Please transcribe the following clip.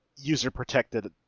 user-protected